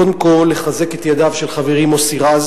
קודם כול, לחזק את ידיו של חברי מוסי רז